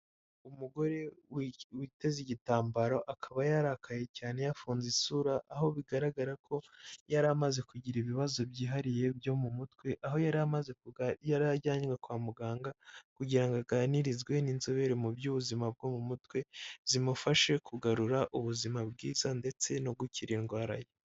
Umugore witeze igitambaro akaba yarakaye cyane yafunze isura, aho bigaragara ko yari amaze kugira ibibazo byihariye byo mu mutwe, aho yari amaze yari ajyanywe kwa muganga kugira ngo aganirizwe n'inzobere mu by'ubuzima bwo mu mutwe zimufashe kugarura ubuzima bwiza ndetse no gukira indwara ye.